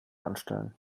anstellen